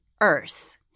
earth